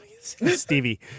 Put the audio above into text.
Stevie